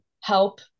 help